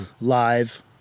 live